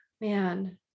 man